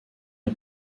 est